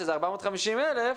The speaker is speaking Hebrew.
שזה 450,000,